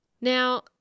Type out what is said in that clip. Now